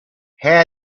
how